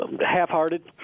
Half-hearted